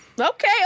okay